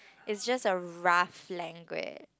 is just a rough language